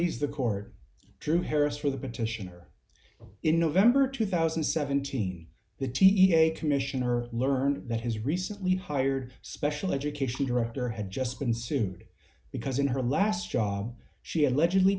these the court drew harris for the petitioner in november two thousand and seventeen the t e a commissioner learned that his recently hired special education director had just been sued because in her last job she allegedly